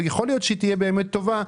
ויכול להיות שהיא תהיה באמת טובה,